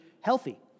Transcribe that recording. healthy